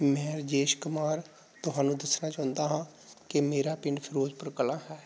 ਮੈਂ ਰਜੇਸ਼ ਕੁਮਾਰ ਤੁਹਾਨੂੰ ਦੱਸਣਾ ਚਾਹੁੰਦਾ ਹਾਂ ਕਿ ਮੇਰਾ ਪਿੰਡ ਫਿਰੋਜਪੁਰ ਕਲਾਂ ਹੈ